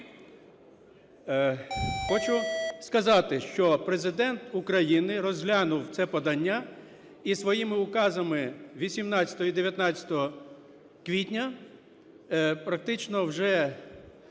Хочу сказати, що Президент України розглянув це подання і своїми указами 18 і 19 квітня, практично вже